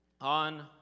on